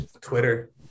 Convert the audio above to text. Twitter